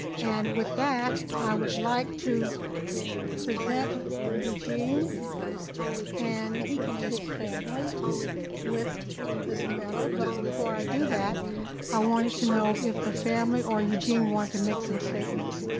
and with that i would like to present eugene and his family with this medal but before i do that i wanted to know if the family or eugene wanted to make some statements.